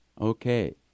Okay